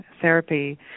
therapy